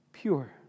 Pure